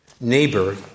Neighbor